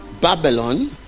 Babylon